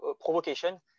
provocation